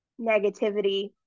negativity